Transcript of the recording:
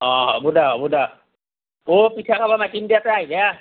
অঁ হ'ব দে হ'ব দে অ' পিঠা খাবা মাতিম দে তই আহিবা